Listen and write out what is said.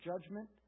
judgment